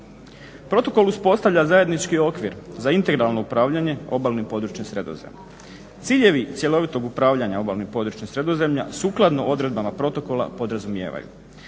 Protokol uspostavlja zajednički okvir za integralno upravljanje obalnim područjem Sredozemlja. Ciljevi cjelovitog upravljanja obalnim područjem Sredozemlja sukladno odredbama protokola podrazumijevaju: